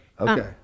Okay